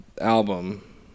album